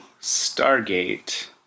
Stargate